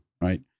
right